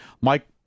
Mike